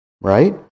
right